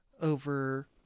over